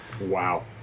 wow